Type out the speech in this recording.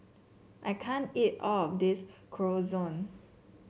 I can't eat all of this Chorizo